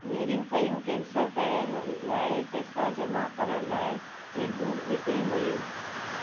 मैरियूं कयूं cancer care लाइ पैसा जमा करण लाइ बैगूं विकिणियूं वयूं